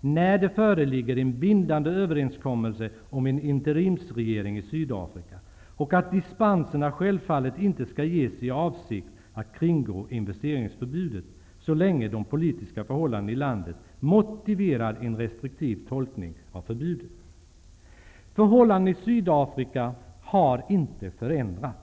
när det föreligger en bindande överenskommelse om en interimsregering i Sydafrika och att dispenserna självfallet inte skall ges i avsikt att kringgå investeringsförbudet så länge de politiska förhållandena i landet motiverar en restriktiv tolkning av förbudet. Förhållandena i Sydafrika har inte förändrats.